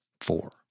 Four